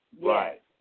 Right